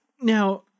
now